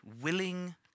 willing